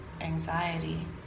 anxiety